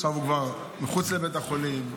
עכשיו הוא כבר מחוץ לבית החולים,